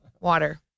water